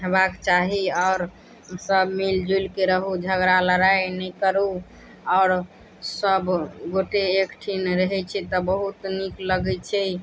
हेबाक चाही आओर सब मिल जुलिके रहू झगड़ा लड़ाइ नहि करू आओर सब गोटे एकठाम रहै छै तऽ बहुत नीक लगै छै